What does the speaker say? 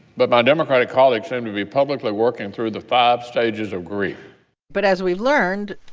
but my democratic colleagues seem to be publicly working through the five stages of grief but as we've learned,